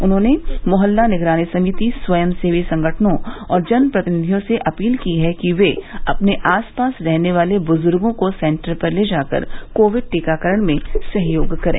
उन्होंने मोहल्ला निगरानी समिति स्वयं सेवी संगठनों और जनप्रतिनिधियों से अपील की है कि वे अपने आसपास रहने वाले बुजुर्गों को सेन्टर पर ले जाकर कोविड टीकाकरण में सहयोग करें